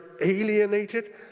alienated